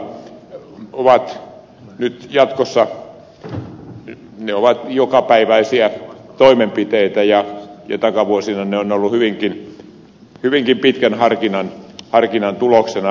pakkokeinot telekuuntelun ja kotietsinnän osalta ovat nyt jatkossa jokapäiväisiä toimenpiteitä ja takavuosina ne ovat olleet hyvinkin pitkän harkinnan tuloksena